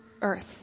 earth